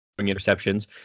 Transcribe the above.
interceptions